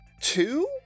Two